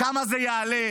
כמה זה יעלה.